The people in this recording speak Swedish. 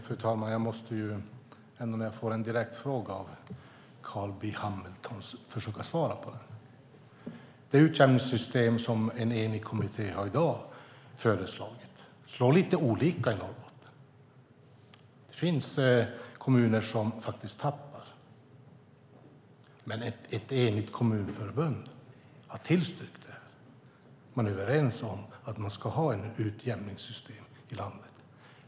Fru talman! När jag får en direkt fråga av Carl B Hamilton måste jag försöka svara på den. Det utjämningssystem som en enig kommitté i dag föreslagit slår lite olika i Norrbotten. Det finns kommuner som faktiskt tappar, men ett enigt Kommunförbund har tillstyrkt det. Man är överens om att ha ett utjämningssystem i landet.